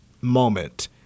moment